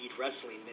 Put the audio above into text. Wrestling